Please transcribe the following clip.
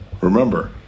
Remember